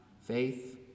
faith